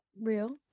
real